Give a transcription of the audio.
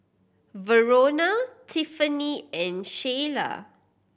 Verona Tiffany and Sheilah